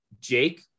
Jake